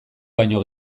baino